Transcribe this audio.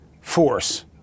force